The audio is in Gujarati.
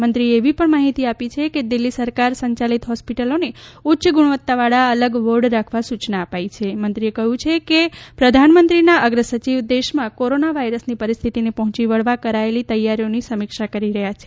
મંત્રીએ એવી પણ માફીતી આપી કે દિલ્હી સરકાર સંયાલિત હોસ્પીટલોને ઉચ્ચ ગુણવત્તાવાળા અલગ વોર્ડ રાખવા સુયના અપાઇ છે મંત્રીએ કહ્યું કે પ્રધાનમંત્રીના અગ્રસચિવ દેશમાં કોરોના વાયરસની પરિસ્થતિને પહોંચી વળવા કરાયેલી તૈયારીઓની સમિક્ષા કરી રહ્યા છે